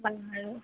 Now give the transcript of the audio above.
ভাল বাৰু